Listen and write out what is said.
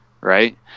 right